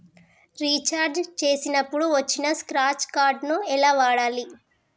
Recharge చేసినప్పుడు వచ్చిన scratch card ఎలా వాడాలి?